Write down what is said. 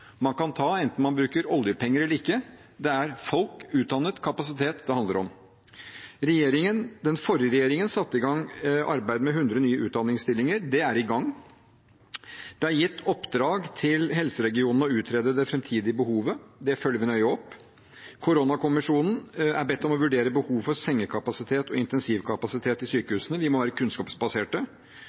man kan gjøre, enten man bruker oljepenger eller ikke, det er utdannede folk og kapasitet det handler om. Den forrige regjeringen satte i gang arbeid med hundre nye utdanningsstillinger. Det er i gang. Det er gitt oppdrag til helseregionene om å utrede det framtidige behovet. Det følger vi nøye opp. Koronakommisjonen er bedt om å vurdere behov for sengekapasitet og intensivkapasitet i sykehusene – vi må være kunnskapsbaserte.